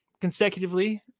consecutively